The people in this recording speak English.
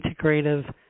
integrative